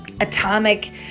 atomic